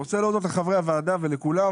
אני רוצה להודות לחברי הוועדה ולכולם